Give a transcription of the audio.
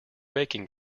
baking